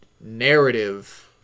narrative